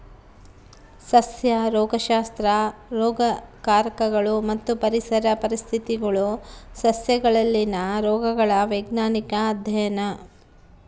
ಸಸ್ಯ ರೋಗಶಾಸ್ತ್ರ ರೋಗಕಾರಕಗಳು ಮತ್ತು ಪರಿಸರ ಪರಿಸ್ಥಿತಿಗುಳು ಸಸ್ಯಗಳಲ್ಲಿನ ರೋಗಗಳ ವೈಜ್ಞಾನಿಕ ಅಧ್ಯಯನ